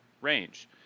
range